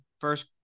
first